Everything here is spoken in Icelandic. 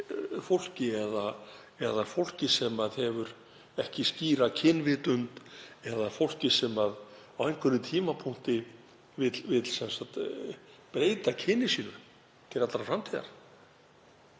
fólki eða fólki sem hefur ekki skýra kynvitund eða fólki sem á einhverjum tímapunkti vill breyta kyni sínu til allrar framtíðar.